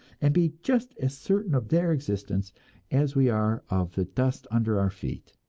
and be just as certain of their existence as we are of the dust under our feet.